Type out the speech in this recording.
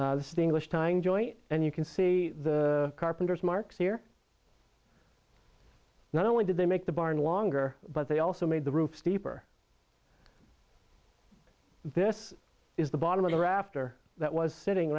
joint and you can see the carpenters marks here not only did they make the barn longer but they also made the roof steeper this is the bottom of the rafter that was sitting